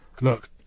Look